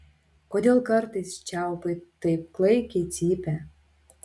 kodėl kartais čiaupai taip klaikiai cypia